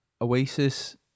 Oasis